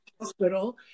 hospital